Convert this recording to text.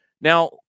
Now